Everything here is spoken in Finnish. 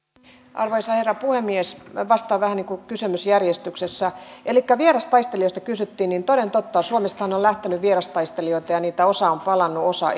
arvoisa herra puhemies vastaan vähän niin kuin kysymysjärjestyksessä elikkä vierastaistelijoista kysyttiin ja toden totta suomestahan on on lähtenyt vierastaistelijoita ja heistä osa on palannut osa